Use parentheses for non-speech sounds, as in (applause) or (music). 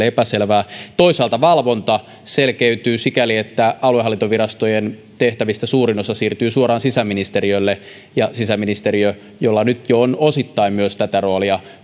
(unintelligible) epäselvää toisaalta valvonta selkeytyy sikäli että aluehallintovirastojen tehtävistä suurin osa siirtyy suoraan sisäministeriölle ja sisäministeriö jolla nyt jo on osittain myös tätä roolia